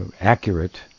accurate